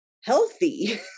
healthy